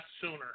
sooner